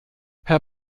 herr